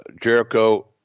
Jericho